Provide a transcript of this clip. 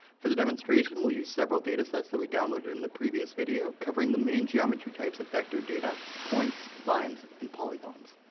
for the demonstration we'll use several datasets that we downloaded in the previous video, covering the main geometry types of vector data points, lines and polygons.